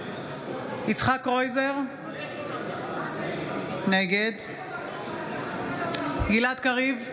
יצחק קרויזר, נגד גלעד קריב,